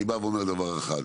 אני בא ואומר דבר אחד,